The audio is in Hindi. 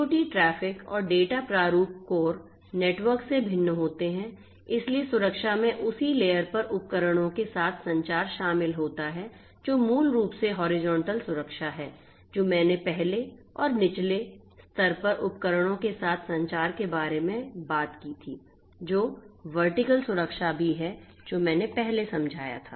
IIoT ट्रैफ़िक और डेटा प्रारूप कोर नेटवर्क से भिन्न होते हैं इसलिए सुरक्षा में उसी लेयर पर उपकरणों के साथ संचार शामिल होता है जो मूल रूप से हॉरिजॉन्टल सुरक्षा भी है जो मैंने पहले समझाया था